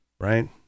Right